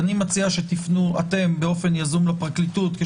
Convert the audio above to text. אני מציע שאתם תפנו לפרקליטות באופן יזום,